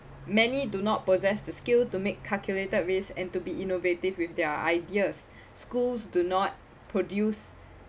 many do not possess the skill to make calculated risk and to be innovative with their ideas schools do not produce